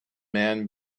man